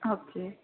okay